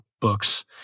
books